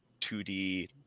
2D